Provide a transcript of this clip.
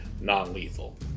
non-lethal